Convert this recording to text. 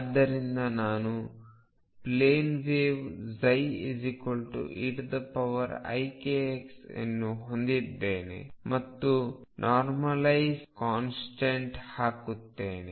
ಆದ್ದರಿಂದ ನಾನು plane wave ψeikx ಅನ್ನು ಹೊಂದಿದ್ದೇನೆ ಮತ್ತು ನಾರ್ಮಲೈಜ್ ಕಾನ್ಸ್ಟೆಂಟ್ C ಹಾಕುತ್ತೇನೆ